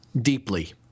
deeply